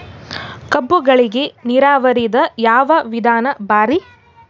ಕಬ್ಬುಗಳಿಗಿ ನೀರಾವರಿದ ಯಾವ ವಿಧಾನ ಭಾರಿ?